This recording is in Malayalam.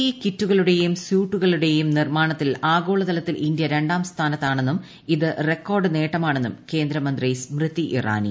ഇ കിറ്റുകളുടെയും സ്യൂട്ടുകളുടെയും നിർമ്മാണത്തിൽ ആഗോളതലത്തിൽ ഇന്ത്യ രണ്ടാം സ്ഥാനത്താണെന്നും ഇത് റെക്കോർഡ് നേട്ടമാണെന്നും കേന്ദ്രമന്ത്രി സ്മൃതി ഇറാനി